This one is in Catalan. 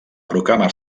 proclamar